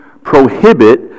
prohibit